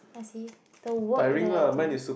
I see the work that I to